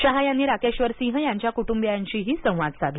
शहा यांनी राकेश्वर सिंह यांच्या कुटुंबियांशीही संवाद साधला